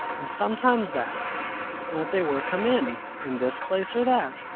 and sometimes that and that they were come in, in this place or that.